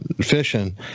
fishing